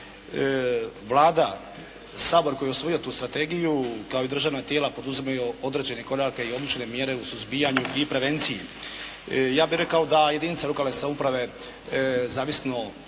Vlada, Sabor koji je usvojio tu strategiju kao i državna tijela poduzimaju određene korake i određene mjere u suzbijanju i prevenciji. Ja bih rekao da jedinice lokalne samouprave zavisno